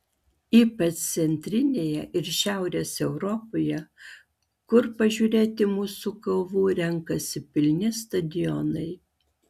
ypač centrinėje ir šiaurės europoje kur pažiūrėti mūsų kovų renkasi pilni stadionai